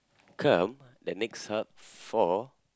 come the next hub for